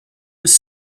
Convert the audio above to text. was